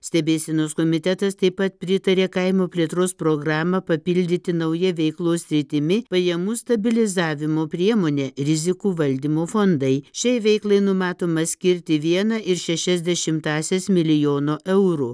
stebėsenos komitetas taip pat pritaria kaimo plėtros programą papildyti nauja veiklos sritimi pajamų stabilizavimo priemone rizikų valdymo fondai šiai veiklai numatoma skirti vieną ir šešias dešimtąsias milijono eurų